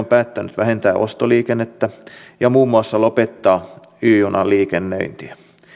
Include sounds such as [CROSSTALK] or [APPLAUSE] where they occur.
[UNINTELLIGIBLE] päättänyt vähentää ostoliikennettä ja muun muassa lopettaa y junan liikennöinnin